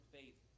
faith